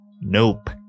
Nope